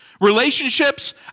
Relationships